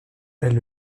elle